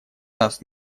нас